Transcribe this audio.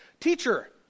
Teacher